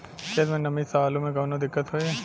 खेत मे नमी स आलू मे कऊनो दिक्कत होई?